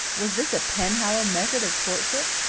was this a penhallow method of courtship?